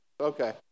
okay